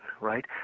right